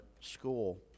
school